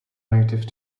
native